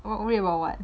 what read about what